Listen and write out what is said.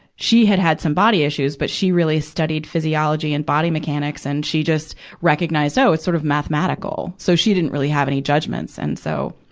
she had had some body issues, but she really studied physiology and body mechanics. and she just recognized, oh, it's sort of mathematical. so, she didn't really have any judgments. and so,